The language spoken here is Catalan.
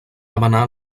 demanar